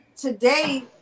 Today